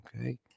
Okay